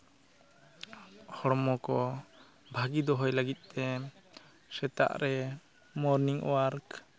ᱦᱚᱲᱢᱚ ᱠᱚ ᱵᱷᱟᱹᱜᱤ ᱫᱚᱦᱚᱭ ᱞᱟᱹᱜᱤᱫ ᱛᱮ ᱥᱮᱛᱟᱜ ᱨᱮ ᱢᱳᱨᱱᱤᱝ ᱚᱣᱟᱨᱠ